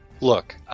look